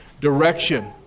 direction